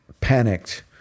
panicked